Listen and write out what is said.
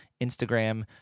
Instagram